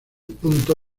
punto